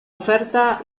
oferta